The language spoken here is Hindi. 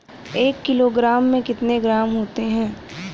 एक किलोग्राम में कितने ग्राम होते हैं?